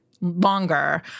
longer